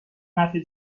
نفع